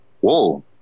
whoa